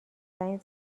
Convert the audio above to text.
زنگ